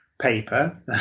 paper